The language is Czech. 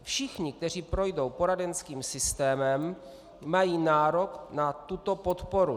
Všichni, kteří projdou poradenským systémem, mají nárok na tuto podporu.